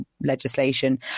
legislation